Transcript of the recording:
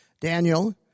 Daniel